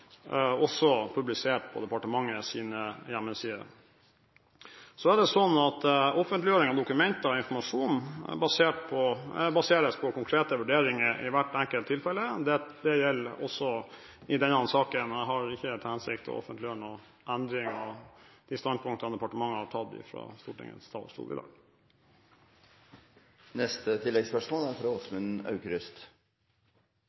også publisert på departementets hjemmesider. Offentliggjøring av dokumenter og informasjon baseres på konkrete vurderinger i hvert enkelt tilfelle. Det gjelder også i denne saken. Jeg har ikke til hensikt å offentliggjøre noen endring av de standpunktene departementet har tatt, fra Stortingets talerstol